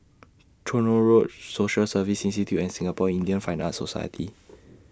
Tronoh Road Social Service Institute and Singapore Indian Fine Arts Society